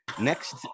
next